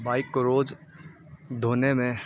bike کو روز دھونے میں